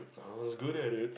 I was good at it